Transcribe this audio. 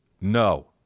No